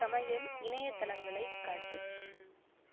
சமையல் இணையதளங்களை காட்டு